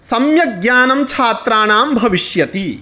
सम्यक् ज्ञानं छात्राणां भविष्यति